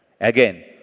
Again